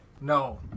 No